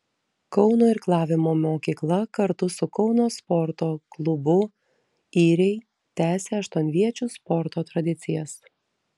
kauno irklavimo mokykla kartu su kauno sporto klubu yriai tęsė aštuonviečių sporto tradicijas